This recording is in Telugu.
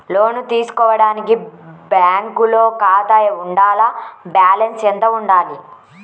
లోను తీసుకోవడానికి బ్యాంకులో ఖాతా ఉండాల? బాలన్స్ ఎంత వుండాలి?